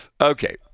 Okay